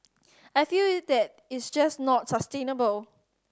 I feel that it's just not sustainable